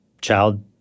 child